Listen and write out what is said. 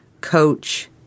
coach